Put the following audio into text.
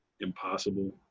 impossible